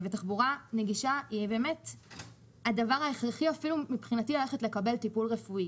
תחבורה נגישה הכרחית מבחינתי גם כדי לקבל טיפול רפואי.